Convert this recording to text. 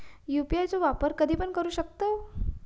UPI चो वापर कधीपण करू शकतव?